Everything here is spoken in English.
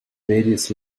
various